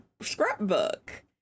scrapbook